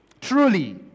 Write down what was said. truly